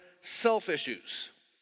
self-issues